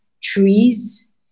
trees